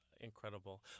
incredible